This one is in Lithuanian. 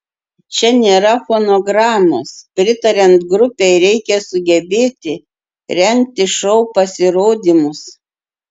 čia nėra fonogramos pritariant grupei reikia sugebėti rengti šou pasirodymus